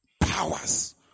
powers